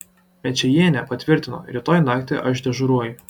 mečėjienė patvirtino rytoj naktį aš dežuruoju